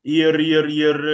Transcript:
ir ir ir